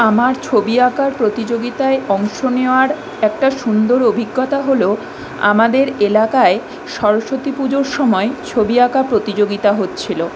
আমার ছবি আঁকার প্রতিযোগিতায় অংশ নেওয়ার একটা সুন্দর অভিজ্ঞতা হলো আমাদের এলাকায় সরস্বতী পুজোর সময় ছবি আঁকা প্রতিযোগিতা হচ্ছিলো